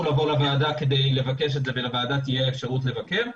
לבוא לוועדה כדי לבקש את זה ולוועדה תהיה אפשרות לבקר,